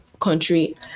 country